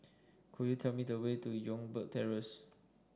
could you tell me the way to Youngberg Terrace